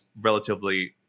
relatively